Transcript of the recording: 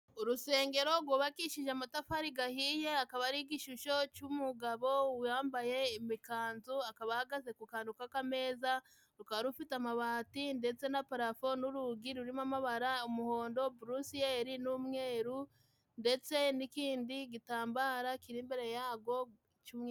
Urusengero gwubakishije amatafari gahiye, hakaba hari igishusho c'umugabo wambaye imikanzu, akaba ahagaze ku kantu k'akameza. Rukaba rufite amabati ndetse na parafo n'urugi rurimo amabara, umuhondo, burusiyeri n'umweru ndetse n'ikindi gitambaro kiri imbere yagwo cy'umweru.